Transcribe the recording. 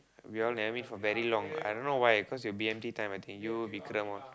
we all never meet for very long I don't know why cause you b_m_t time I think you Vikram all